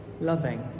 loving